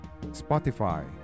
Spotify